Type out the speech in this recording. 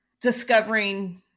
discovering